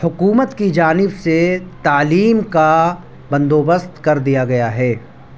حکومت کی جانب سے تعلیم کا بند و بست کر دیا گیا ہے